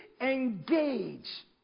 engage